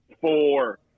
four